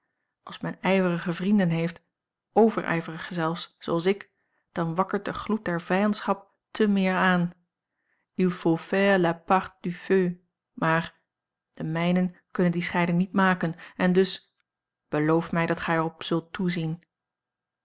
als men ijverige vrienden heeft over ijverige zelfs zooals ik dan wakkert de gloed der vijandschap te meer aan il faut faire la part du feu maar de mijnen kunnen die scheiding niet maken en dus beloof mij dat gij er op zult toezien